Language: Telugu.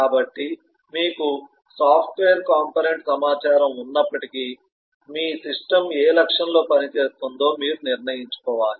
కాబట్టి మీకు సాఫ్ట్వేర్ కాంపోనెంట్ సమాచారం ఉన్నప్పటికీ మీ సిస్టమ్ ఏ లక్ష్యంలో పనిచేస్తుందో మీరు నిర్ణయించుకోవాలి